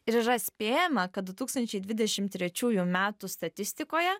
ir yra spėjama kad du tūkstančiai dvidešim trečiųjų metų statistikoje